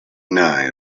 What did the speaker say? nye